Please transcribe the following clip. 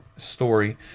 Story